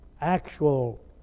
actual